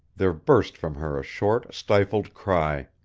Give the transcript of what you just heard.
there burst from her a short, stifled cry.